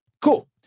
cool